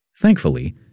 Thankfully